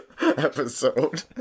episode